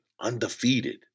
undefeated